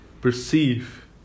perceive